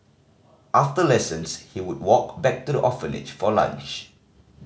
after lessons he would walk back to the orphanage for lunch